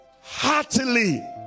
heartily